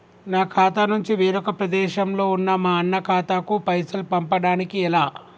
నా ఖాతా నుంచి వేరొక ప్రదేశంలో ఉన్న మా అన్న ఖాతాకు పైసలు పంపడానికి ఎలా?